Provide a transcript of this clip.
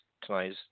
tonight